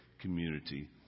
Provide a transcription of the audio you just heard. community